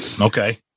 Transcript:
Okay